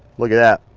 look at that